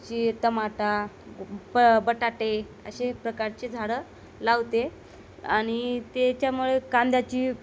मिरची टमाटा प बटाटे अशा प्रकारची झाडं लावते आणि त्याच्यामुळे कांद्याची